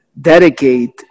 dedicate